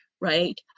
right